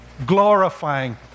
Glorifying